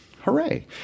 Hooray